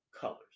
colors